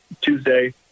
Tuesday